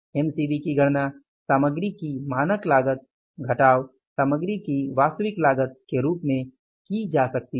MCV की गणना सामग्री की मानक लागत घटाव सामग्री की वास्तविक लागत के रूप में की जा सकती है